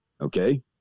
Okay